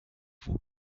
vous